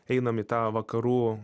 einam į tą vakarų